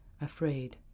afraid